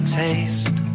taste